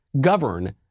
govern